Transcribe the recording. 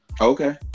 Okay